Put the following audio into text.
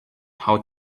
how